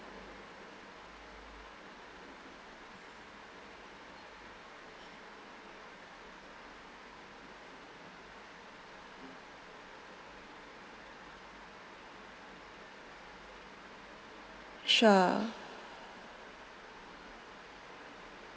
sure